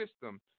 system